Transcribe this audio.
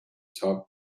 top